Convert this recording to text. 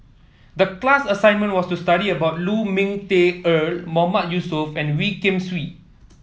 the class assignment was to study about Lu Ming Teh Earl Mahmood Yusof and Wee Kim Wee